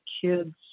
kids